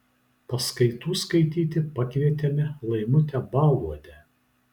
paskaitų skaityti pakvietėme laimutę baluodę